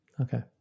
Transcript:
Okay